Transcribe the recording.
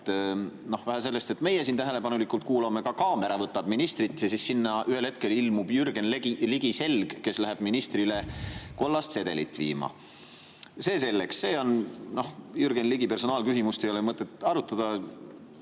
et meie siin tähelepanelikult kuulame, ka kaamera [filmib] ministrit –, ilmub ühel hetkel Jürgen Ligi, kes läheb ministrile kollast sedelit viima. See selleks, Jürgen Ligi personaalküsimust ei ole mõtet arutada.